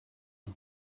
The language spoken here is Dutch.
een